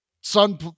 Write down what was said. sun